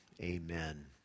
amen